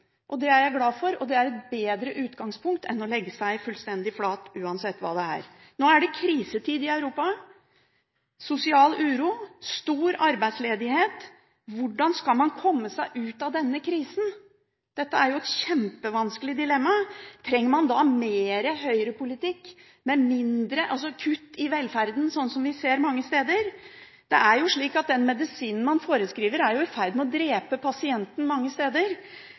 Det er jeg glad for, og det er et bedre utgangspunkt enn å legge seg fullstendig flat uansett hva det er. Nå er det krisetid i Europa – sosial uro og stor arbeidsledighet. Hvordan kan man komme seg ut av denne krisen? Dette er et kjempevanskelig dilemma. Trenger man da mer høyrepolitikk, med kutt i velferden – sånn som man ser mange steder? Det er slik at den medisinen man forskriver, mange steder er i ferd med å drepe pasienten.